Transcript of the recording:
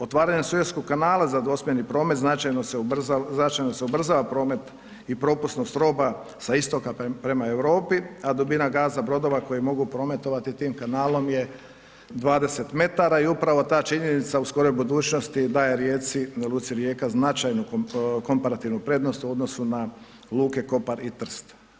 Otvaranjem Sueskog kanala za dvosmjerni promet značajno se ubrzava promet i propusnost roba sa istoka prema Europi, a dubina gaza brodova koji mogu prometovati tim kanalom je 20 m i upravo ta činjenica u skoroj budućnosti daje Rijeci, luci Rijeka značajnu komparativnu prednost u odnosu na luka Kopar i Trst.